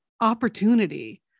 opportunity